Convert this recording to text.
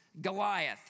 Goliath